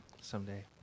someday